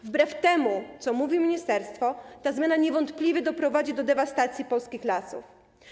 Wbrew temu, co mówi ministerstwo, ta zmiana niewątpliwie doprowadzi do dewastacji polskich lasów.